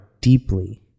deeply